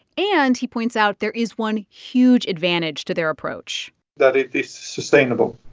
and he points out there is one huge advantage to their approach that it is sustainable.